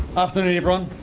afternoon everyone.